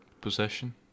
Possession